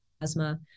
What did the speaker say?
asthma